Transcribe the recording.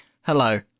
Hello